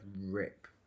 rip